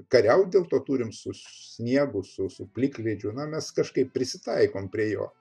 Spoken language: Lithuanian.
kariaut dėl to turim su sniegu su su plikledžiu na mes kažkaip prisitaikom prie jo